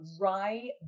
Rye